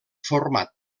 format